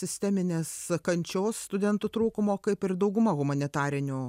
sisteminės kančios studentų trūkumo kaip ir dauguma humanitarinių